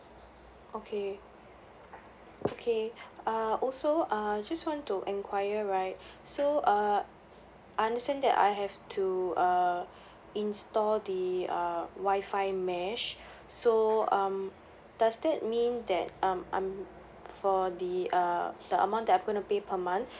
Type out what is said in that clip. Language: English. okay okay uh also uh just want to enquire right so uh I understand that I have to uh install the uh wi-fi mesh so um does that mean that um I'm for the uh the amount that I'm gonna pay per month